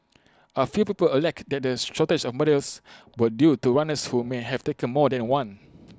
A few people alike that the shortage of medals was due to runners who may have taken more than one